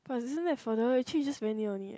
but isn't that further actually is just very near only eh